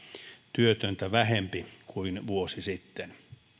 työtöntä vähempi kuin vuosi sitten ja